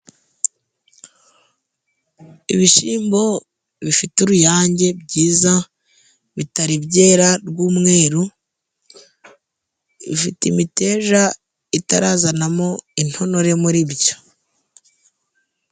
Ibishyimbo bifite uruyange, byiza bitari byera rw'umweru bifite imiteja itarazanamo intonore muri byo.